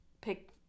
pick